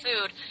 food